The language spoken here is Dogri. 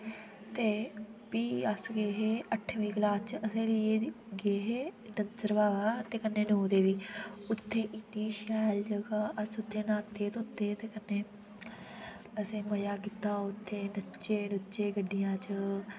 ते फि अस गे हे अट्ठमी क्लास च असे लियै दनसरवा ते कन्ने नो देवी गे हे उत्थै इन्नी शैल जगहा अस उत्थै नाह्ते धोते ते कन्ने असे मजा कीत्ता उत्थे नचे नुचे गाड़ियां च